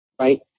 right